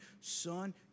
Son